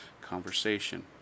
conversation